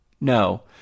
No